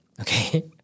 okay